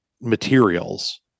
materials